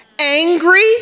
angry